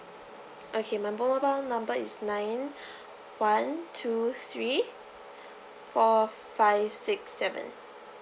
okay my mo~ mobile number is nine one two three four five six seven